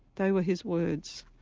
those were his words,